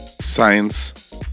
science